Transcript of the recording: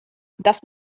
das